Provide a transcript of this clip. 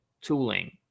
tooling